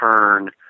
turn